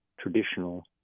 traditional